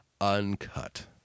uncut